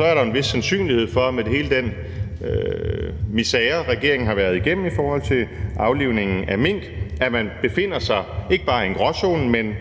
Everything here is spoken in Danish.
er der en vis sandsynlighed for med hele den misere, som regeringen har været igennem i forhold til aflivning af mink, at man befinder sig ikke bare i en gråzone, men